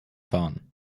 fahren